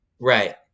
Right